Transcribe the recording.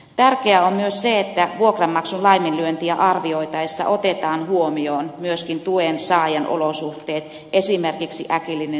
tärkeää on myös se että vuokranmaksun laiminlyöntiä arvioitaessa otetaan huomioon myöskin tuensaajan olosuhteet esimerkiksi äkillinen sairastuminen